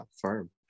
Firm